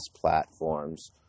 platforms